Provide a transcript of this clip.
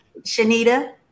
Shanita